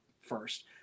first